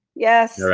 yes.